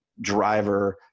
driver